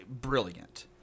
brilliant